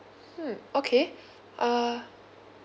hmm okay uh